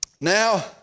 Now